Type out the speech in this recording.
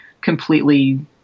completely